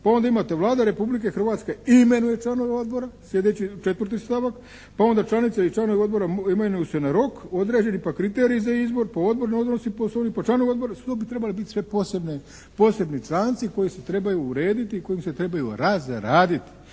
Pa onda imate: «Vlada Republike Hrvatske imenuje članove Odbora», sljedeći četvrti stavak. Pa onda «Članice i članovi Odbora imenuju se na rok, određeni pa kriteriji za izbor, pa Odbor ne odnosi Poslovnik pa članovi Odbora, to bi trebale biti sve posebne, posebni članci koji se trebaju urediti i kojima se trebaju …